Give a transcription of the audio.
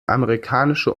amerikanische